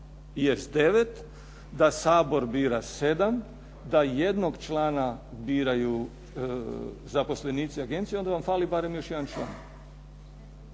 jest 9, da Sabor bira 7., da jednog člana biraju zaposlenici agencije, onda vam fali barem još jedan član.